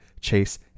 Chase